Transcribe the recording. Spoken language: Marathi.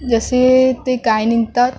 जसे ते काय निघतात